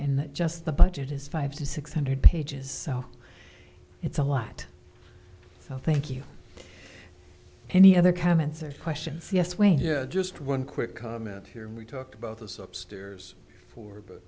and that just the budget is five to six hundred pages so it's a lot thank you any other comments or questions yes wayne yeah just one quick comment here and we talked about the sub stairs for but